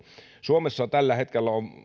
suomessa tällä hetkellä